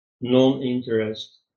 non-interest